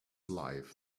life